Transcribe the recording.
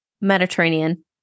Mediterranean